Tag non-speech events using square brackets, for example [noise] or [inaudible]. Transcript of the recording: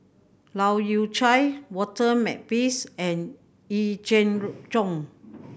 Leu Yew Chye Walter Makepeace and Yee Jenn Road [unintelligible]